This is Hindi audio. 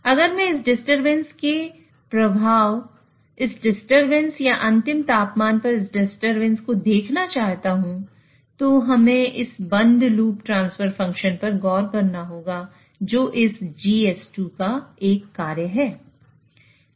अगर मैं अब इस डिस्टरबेंस के प्रभाव इस डिस्टरबेंस या अंतिम तापमान पर इस डिस्टरबेंस को देखना चाहता हूं तो हमें इस बंद लूप ट्रांसफर फ़ंक्शन पर गौर करना होगा जो इस GS2 का एक कार्य है